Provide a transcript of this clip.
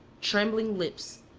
trembling lips,